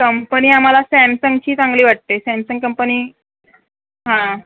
company आम्हाला सॅमसंगची चांगली वाटते सॅमसंग कंपनी हां